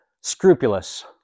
Scrupulous